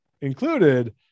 included